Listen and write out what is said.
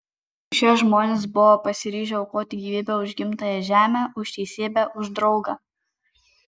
šie žmonės buvo pasiryžę aukoti gyvybę už gimtąją žemę už teisybę už draugą